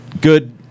good